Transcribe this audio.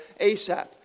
ASAP